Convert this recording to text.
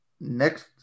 next